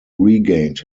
regained